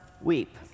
weep